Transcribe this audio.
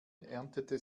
erntete